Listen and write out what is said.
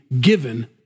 given